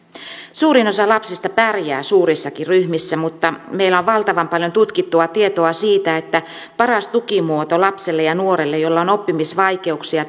suurin osa lapsista pärjää suurissakin ryhmissä mutta meillä on valtavan paljon tutkittua tietoa siitä että paras tukimuoto lapselle ja ja nuorelle jolla on oppimisvaikeuksia